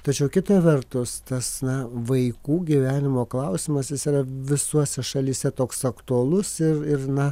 tačiau kita vertus tas na vaikų gyvenimo klausimas jis yra visose šalyse toks aktualus ir ir na